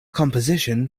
composition